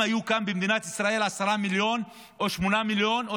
היו כאן במדינת ישראל עשרה מיליון או שמונה מיליון,